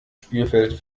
spielfeld